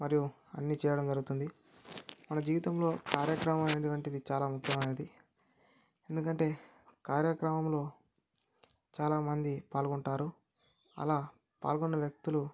మరియు అన్ని చేయడం జరుగుతుంది మన జీవితంలో కార్యక్రమాలు అను వంటిది చాలా ముఖ్యమైనది ఎందుకంటే కార్యక్రమంలో చాలా మంది పాల్గొంటారు అలా పాల్గొన్న వ్యక్తులు